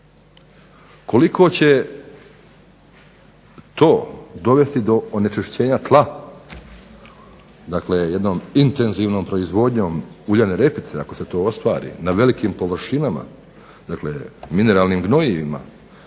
Koliko će to dovesti do onečišćenja tla, jednom intenzivnom proizvodnjom uljane repice ako se to ostvari na velikim površinama mineralnim gorivima